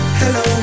hello